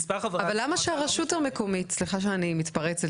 אבל למה שהרשות המקומית, סליחה שאני מתפרצת